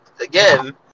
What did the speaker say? again